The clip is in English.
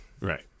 right